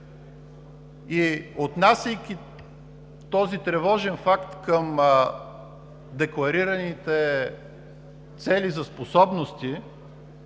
Отнасяйки този тревожен факт към декларираните цели за способности,